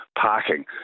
parking